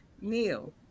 neil